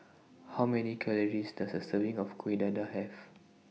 How Many Calories Does A Serving of Kuih Dadar Have